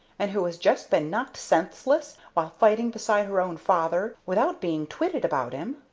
and who has just been knocked senseless while fighting beside her own father, without being twitted about him?